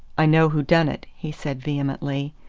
i know who done it, he said vehemently,